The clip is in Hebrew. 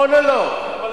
אבל למה לא נתנו, נכון או לא?